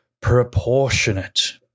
proportionate